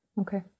Okay